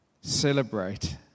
celebrate